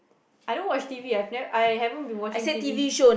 I don't watch t_v I have never I haven't been watching t_v